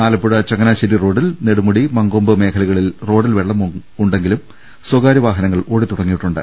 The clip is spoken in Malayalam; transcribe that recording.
ആലപ്പുഴ ചങ്ങനാശ്ശേരി റോഡിൽ നെടുമുടി മങ്കൊമ്പ് മേഖലകളിൽ റോഡിൽ വെളളമുണ്ടെങ്കിലും സ്ഥകാര്യ വാഹനങ്ങൾ ഓടിത്തുടങ്ങിയിട്ടുണ്ട്